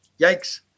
Yikes